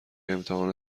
امتحان